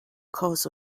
cause